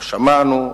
לא שמענו,